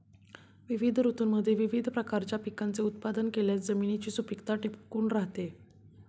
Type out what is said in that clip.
विविध ऋतूंमध्ये विविध प्रकारच्या पिकांचे उत्पादन केल्यास जमिनीची सुपीकता टिकून राहते